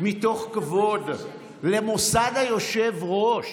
מתוך כבוד למוסד היושב-ראש.